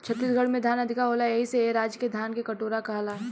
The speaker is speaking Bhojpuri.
छत्तीसगढ़ में धान अधिका होला एही से ए राज्य के धान के कटोरा कहाला